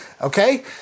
okay